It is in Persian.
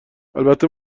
البته